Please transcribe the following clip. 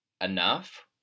enough